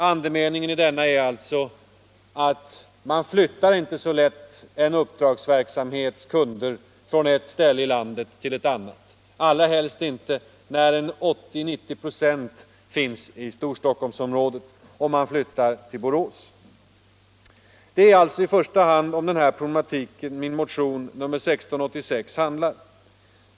Andemeningen i denna ledare är alltså att man inte flyttar en uppdragsverksamhets kunder så lätt från ett ställe i landet till ett annat, i synnerhet inte när 80-90 96 finns i Storstockholmsområdet och man flyttar till Borås. Det är alltså i första hand om denna problematik som min motion 1686 handlar.